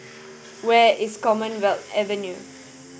where is Commonwealth Avenue